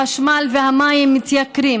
החשמל והמים מתייקרים